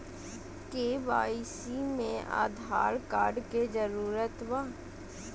KYC में Aadhaar card के जरूरत बा?